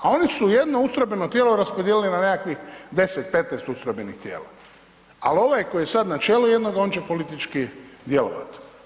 A oni su jedno ustrojbeno tijelo raspodijelili na nekakvih 10, 15 ustrojbenih tijela, a ovaj koji je sada načelu, jednoga on će politički djelovati.